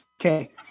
Okay